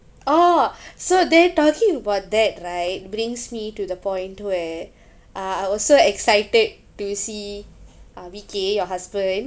oh so they talking about that right brings me to the point where uh I was excited to see avikei your husband